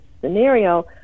scenario